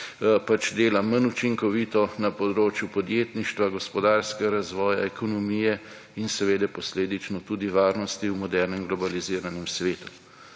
pač dela manj učinkovito na področju podjetništva, gospodarskega razvoja, ekonomije in seveda posledično tudi varnosti v modernem globaliziranem svetu.